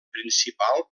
principal